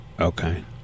Okay